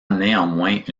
néanmoins